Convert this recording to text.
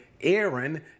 Aaron